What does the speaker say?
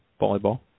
volleyball